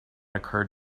occurred